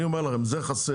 אני אומר לכם, זה חסר.